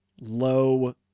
low